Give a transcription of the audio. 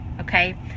Okay